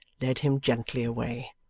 led him gently away.